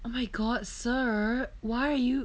oh my god sir why are you